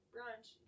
Brunch